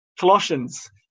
colossians